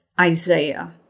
Isaiah